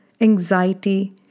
anxiety